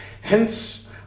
Hence